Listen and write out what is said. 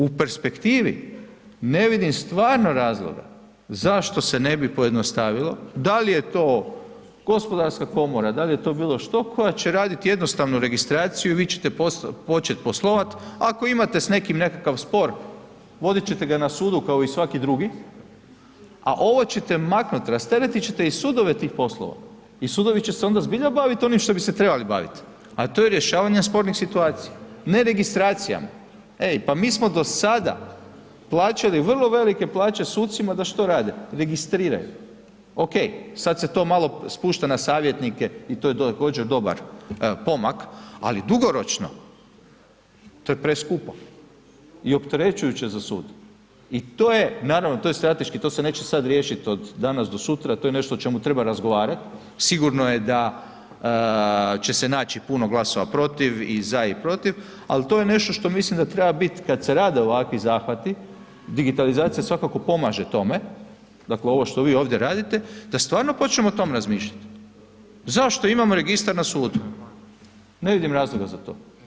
U perspektivi ne vidim stvarno razloga zašto se ne bi pojednostavilo, da li je to gospodarska komora, da li je to bilo što koja će raditi jednostavno registraciju i vi ćete počet poslovat, ako imate s nekim nekakav spor, vodit ćete ga na sudu kao i svaki drugi, a ovo ćete maknut, rasteretit ćete i sudove tih poslova i sudovi će se onda zbilja bavit onim što bi se trebali bavit, a to je rješavanje spornih situacija, ne registracijama, ej pa mi smo do sada plaćali vrlo velike plaće sucima da što rade, registriraju, okej sad se to malo spušta na savjetnike i to je također dobar pomak, ali dugoročno, to je preskupo i opterećujuće za sud i to je, naravno, to je strateški, to se neće sad riješit od danas do sutra, to je nešto o čemu treba razgovarat, sigurno je da će se naći puno glasova protiv i za i protiv, al to je nešto što mislim da treba bit, kad se rade ovakvi zahvati, digitalizacija svakako pomaže tome, dakle, ovo što vi ovdje radite, da stvarno počnemo o tom razmišljat, zašto imamo registar na sudu, ne vidim razloga za to.